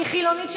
כחילונית,